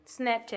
snapchat